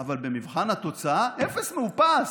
אבל במבחן התוצאה אפס מאופס.